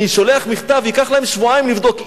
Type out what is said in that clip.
אני שולח מכתב, ייקח להם שבועיים לבדוק.